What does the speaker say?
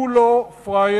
הוא לא פראייר,